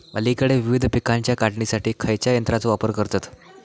अलीकडे विविध पीकांच्या काढणीसाठी खयाच्या यंत्राचो वापर करतत?